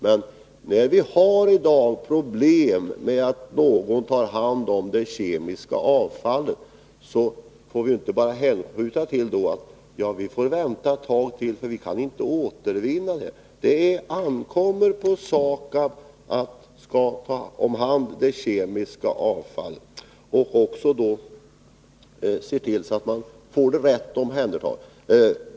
Men när vi i dag har problem med att få någon att ta hand om det kemiska avfallet, får vi inte bara skjuta frågan åt sidan och säga: Vi får vänta ett tag till, för vi kan inte återvinna avfallet. Det ankommer på SAKAB att ta hand om det kemiska avfallet och se till att det blir rätt omhändertaget.